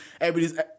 Everybody's